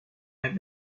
had